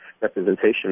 representation